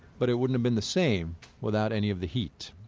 but it wouldn't have been the same without any of the heat